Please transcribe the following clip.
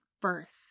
first